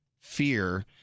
fear